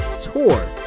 tour